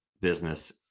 business